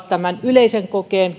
tämän yleisen kokeen